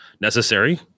necessary